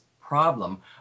problem